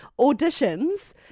auditions